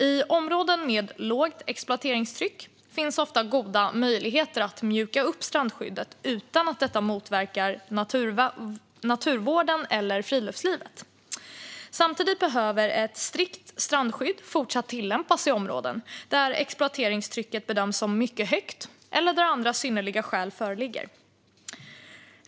I områden med lågt exploateringstryck finns ofta goda möjligheter att mjuka upp strandskyddet utan att detta motverkar naturvården och friluftslivet. Samtidigt behöver ett strikt strandskydd fortsatt tillämpas i områden där exploateringstrycket bedöms som mycket högt eller där andra synnerliga skäl föreligger.